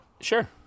Sure